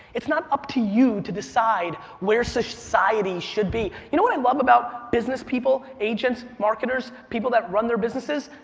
it's not to you to decide where society should be. you know what i love about business people, agents, marketers, people that run their businesses?